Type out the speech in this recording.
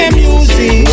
music